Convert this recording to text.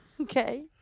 okay